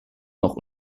noch